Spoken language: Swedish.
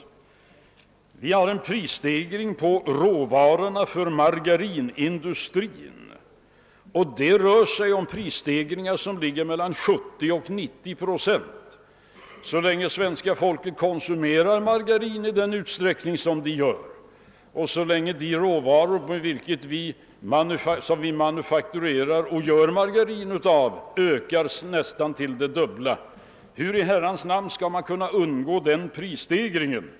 Det har skett en prisstegring på råvarorna för margarinindustrin. Det rör sig om prisstegringar som ligger mellan 70 och 90 procent. Så länge svenska folket konsumerar margarin i den utsträckning det gör och så länge priset för de råvaror vi gör margarin av ökas nästan till det dubbla frågar jag: Hur skall man kunna undgå den prisstegringen?